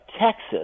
Texas